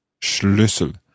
Schlüssel